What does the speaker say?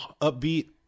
upbeat